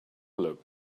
look